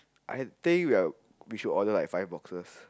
I think we are we should order like five boxes